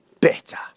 better